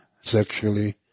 sexually